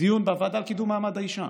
דיון בוועדה לקידום מעמד אישה